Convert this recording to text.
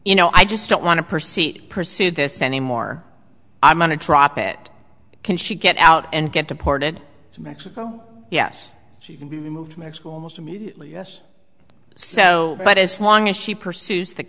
you know i just don't want to proceed pursue this anymore i'm gonna drop it can she get out and get deported to mexico yes she can be removed from school most immediately yes so but as long as she pursues the